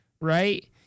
right